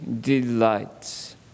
delights